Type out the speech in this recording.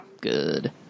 good